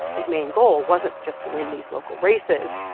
his main goal wasn't just to win these local races.